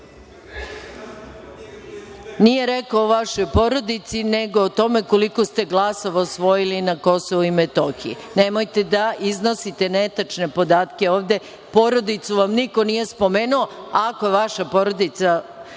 nije rekao o vašoj porodici nego o tome koliko ste glasova osvojili na Kosovu i Metohiji. Nemojte da iznosite netačne podatke ovde, porodicu vam nije niko spomenuo. Ako vaša porodica,